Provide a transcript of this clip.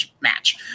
match